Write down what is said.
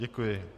Děkuji.